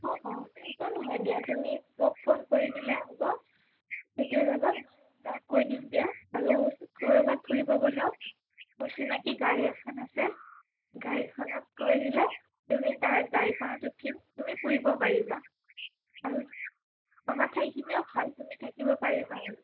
অঁ অঁ একো নহয় দিয়া তুমি মোক ফোন কৰি দিলে হ'ব কেতিয়া যাবা মই মই কৈ দিম দিয়া আৰু ক'ৰবাত ফুৰিব গ'লেও মোৰ চিনাকি গাড়ী এখন আছে গাড়ীখনত কৈ দিলে তুমি তাৰ গাড়ীখনত উঠি তুমি ফুৰিব পাৰিবা আৰু থকা ঠাইখিনিও ভাল তুমি থাকিব পাৰিবা আৰু